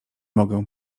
mogę